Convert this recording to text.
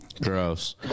Gross